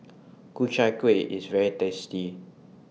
Ku Chai Kuih IS very tasty